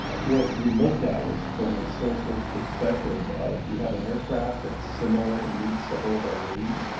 what we looked at was from a sole source perspective of, you have an aircraft that's similar and meets several of our needs.